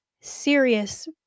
serious